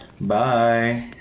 Bye